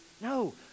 No